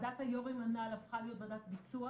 ועדת היו"רים הנ"ל הפכה להיות ועדת ביצוע